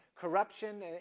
corruption